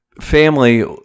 Family